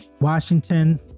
Washington